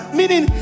meaning